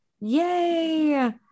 Yay